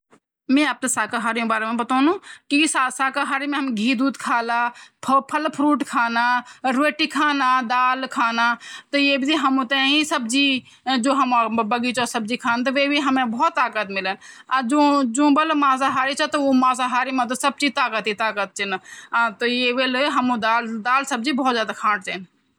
जानवर जन चीन चींटी चीन, चूहा मुस्सा चीन, बिल्ली चीन और कुत्ता शेर चीन हाथी चीन और कुकुर और चिडिया चीन इत्ती बहुत सारा ब्वोली मीन |